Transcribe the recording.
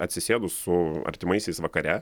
atsisėdus su artimaisiais vakare